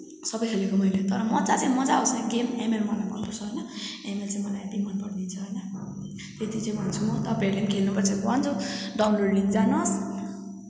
सबै खेलेको मैले तर मज्जा चाहिँ मज्जा आउँछ है गेम एमएल मलाई मनपर्छ होइन एमएल चाहिँ मलाई हेभी मन परिदिन्छ होइन यति चाहिँ भन्छु म तपाईँहरूले पनि खेल्नु पर्छ भन्छु डाउनलोडिङ जानुहोस्